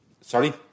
Sorry